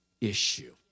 issue